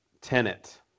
Tenet